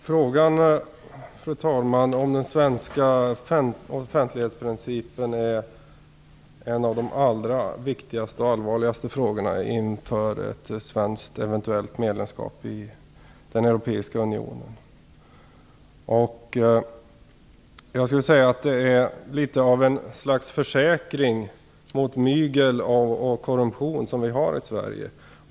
Fru talman! Frågan om den svenska offentlighetsprincipen är en av de allra viktigaste och allvarligaste frågorna inför ett eventuellt svenskt medlemskap i den europeiska unionen. Offentlighetsprincipen är ett slags försäkring mot mygel och korruption som vi har i Sverige.